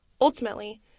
Ultimately